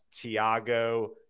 Tiago